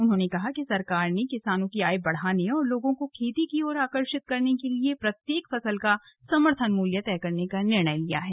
उन्होंने कहा कि सरकार ने किसानों की आय बढ़ाने और लोगों को खेती की ओर आकर्षित करने के लिए प्रत्येक फसल का समर्थन मूल्य तय करने का निर्णय लिया है